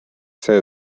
see